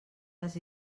les